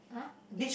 !huh! again